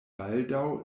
baldaŭ